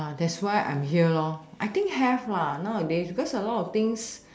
uh that's why I'm here lor I think have lah nowadays because a lot of things